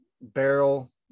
barrel